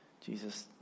Jesus